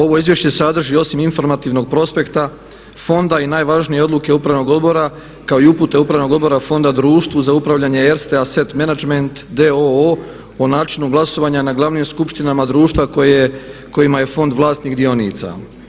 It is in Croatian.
Ovo izvješće sadrži osim informativnog prospekta fonda i najvažnije odluke Upravnog odbora kao i upute Upravnog odbora Fonda Društvu za upravljanje Erste asset management d.o.o. o načinu glasovanja na glavnim skupštinama društva kojima je Fond vlasnik dionica.